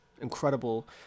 incredible